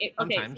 Okay